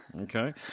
okay